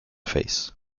face